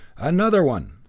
another one!